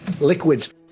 liquids